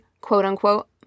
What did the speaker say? quote-unquote